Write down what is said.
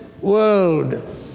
world